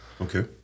okay